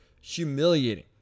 humiliating